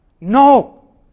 No